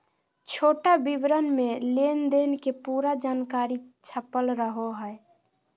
छोटा विवरण मे लेनदेन के पूरा जानकारी छपल रहो हय